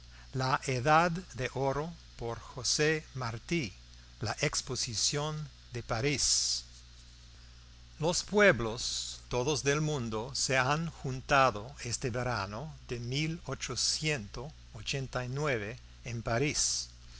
la edad de oro es buena la exposición de parís los pueblos todos del mundo se han juntado este verano de en parís